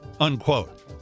Unquote